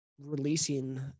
releasing